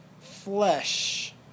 flesh